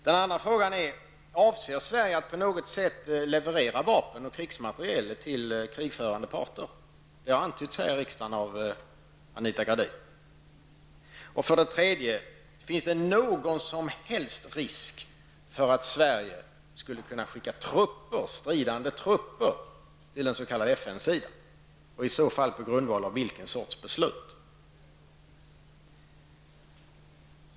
Den andra frågan är: Avser Sverige att på något sätt leverera vapen och krigsmateriel till krigförande parter? Det har antytts här i riksdagen av Anita För det tredje: Finns det någon som helst risk för att Sverige skulle kunna skicka stridande trupper till den s.k. FN-sidan, och i så fall på grundval av vilken sorts beslut?